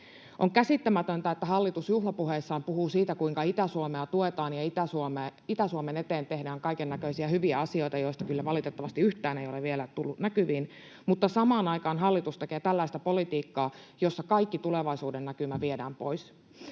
On käsittämätöntä, että hallitus juhlapuheissaan puhuu siitä, kuinka Itä-Suomea tuetaan ja Itä-Suomen eteen tehdään kaikennäköisiä hyviä asioita, joista kyllä valitettavasti yhtään ei ole vielä tullut näkyvin, mutta samaan aikaan hallitus tekee tällaista politiikkaa, jossa kaikki tulevaisuudennäkymä viedään pois.